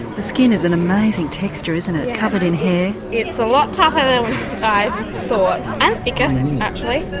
the skin is an amazing texture isn't it, covered in hair. it's a lot tougher than i thought, and thicker actually.